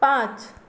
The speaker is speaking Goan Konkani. पाच